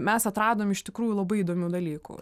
mes atradome iš tikrųjų labai įdomių dalykų